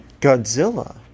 Godzilla